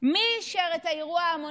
מי אישר את האירוע ההמוני,